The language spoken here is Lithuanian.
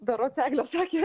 berods eglė sakė